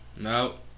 no